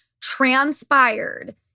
transpired